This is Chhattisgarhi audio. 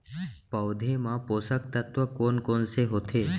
पौधे मा पोसक तत्व कोन कोन से होथे?